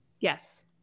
Yes